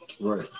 Right